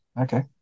Okay